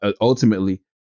ultimately